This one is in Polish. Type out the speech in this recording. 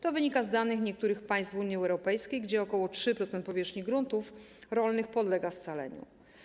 To wynika z danych dotyczących niektórych państw Unii Europejskiej, gdzie ok. 3% powierzchni gruntów rolnych podlega scaleniu.